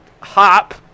hop